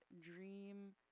dream